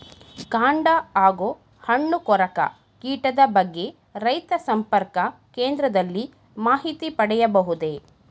ಕಾಂಡ ಹಾಗೂ ಹಣ್ಣು ಕೊರಕ ಕೀಟದ ಬಗ್ಗೆ ರೈತ ಸಂಪರ್ಕ ಕೇಂದ್ರದಲ್ಲಿ ಮಾಹಿತಿ ಪಡೆಯಬಹುದೇ?